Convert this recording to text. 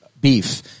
beef